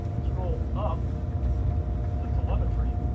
scroll up to telemetry,